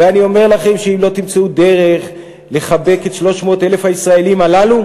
ואני אומר לכם שאם לא תמצאו דרך לחבק את 300,000 הישראלים הללו,